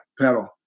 pedal